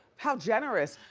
how generous.